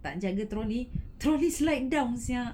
tak jaga trolley trolley slide down sia